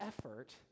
effort